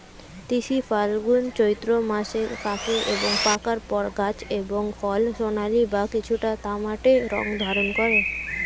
তিসি ফাল্গুন চৈত্র মাসে পাকে এবং পাকার পর গাছ এবং ফল সোনালী বা কিছুটা তামাটে রং ধারণ করে